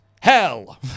Hell